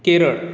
Kerala